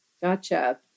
Gotcha